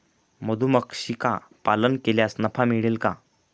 मधुमक्षिका पालन केल्यास नफा मिळेल का?